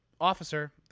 officer